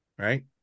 Right